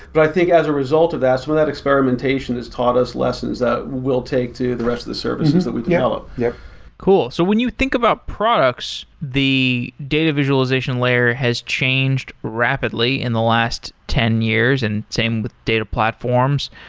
but i think as a result of that, some of that experimentation has taught us lessons that will take to the rest of the services that we develop yeah cool. so when you think about products, the data visualization layer has changed rapidly in the last ten years and same with data platforms,